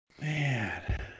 Man